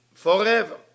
forever